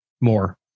more